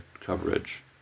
coverage